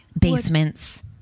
basements